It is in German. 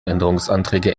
änderungsanträge